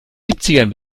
siebzigern